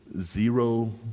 zero